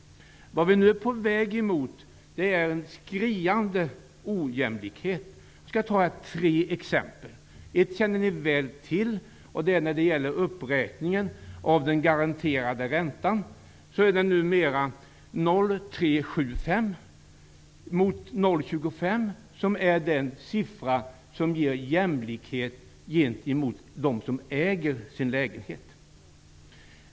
Vi är nu på väg mot en skriande ojämlikhet. Jag skall ge tre exempel. Ett känner ni väl till. Det gäller uppräkningen av den garanterade räntan. Den är numera 0,375 mot 0,25, som är den siffra som ger jämlikhet gentemot den som äger sin lägenhet.